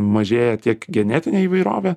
mažėja tiek genetinė įvairovė